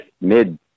mid